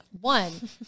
One